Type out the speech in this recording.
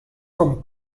com